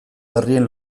berrien